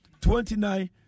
twenty-nine